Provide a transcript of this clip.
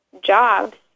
jobs